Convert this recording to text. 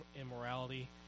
immorality